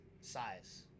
size